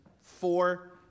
four